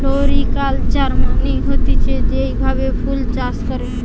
floriculture মানে হতিছে যেই ভাবে ফুল চাষ করে